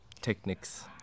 Technics